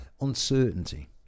uncertainty